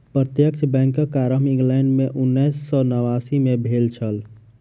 प्रत्यक्ष बैंकक आरम्भ इंग्लैंड मे उन्नैस सौ नवासी मे भेल छल